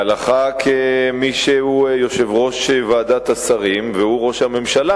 הלכה כמי שהוא יושב-ראש ועדת השרים והוא ראש הממשלה,